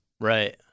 Right